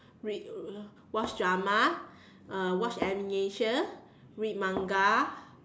read uh watch drama uh watch animation read Manga